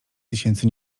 tysięcy